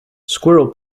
squirrel